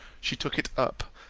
she took it up,